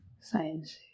science